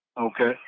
Okay